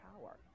power